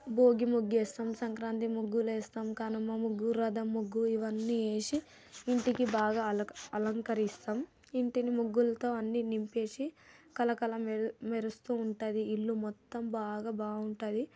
భోగి ముగ్గు వేస్తాం సంక్రాంతి ముగ్గులు వేస్తాం వేసి ఇంటికి బాగా అలం అలంకరిస్తాం ఇంటిని ముగ్గులతో అన్నీ నింపేసి కళకళ మెరుస్తూ ఉంటుంది ఇల్లు మొత్తం బాగా బాగుంటుంది